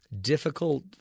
difficult